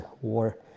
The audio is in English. war